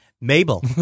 Mabel